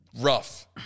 rough